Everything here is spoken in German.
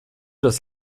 das